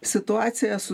situacija su